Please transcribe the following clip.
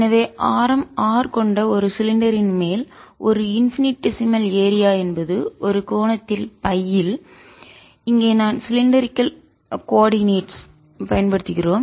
எனவே ஆரம் R கொண்ட ஒரு சிலிண்டரின் மேல் ஒரு இன்பினிட் டெசிமல் ஏரியா என்பது ஒரு கோணத்தில் Φ இல் இங்கே நான் சிலிண்டரிகள் கோர்டினட்ஸ் உருளை ஆயங்களை பயன்படுத்துகிறோம்